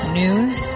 news